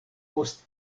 post